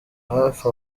hafi